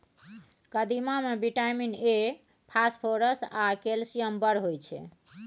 कदीमा मे vitamin A, phosphorus आ कैल्शियम बड़ होइ छै